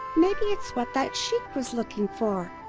maybe it's what that sheik was looking for.